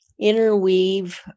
interweave